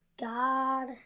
God